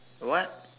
what